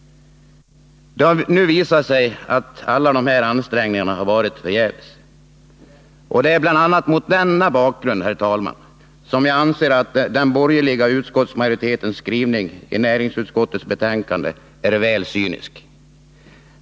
Det har nu visat sig att alla dessa ansträngningar har varit förgäves. Det är bl.a. mot denna bakgrund, herr talman, som jag anser att den borgerliga utskottsmajoritetens skrivning i näringsutskottets betänkande är väl cynisk.